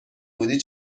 بودی